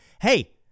hey